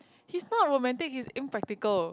he's not romantic he impractical